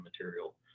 material